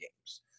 games